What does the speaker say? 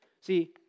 See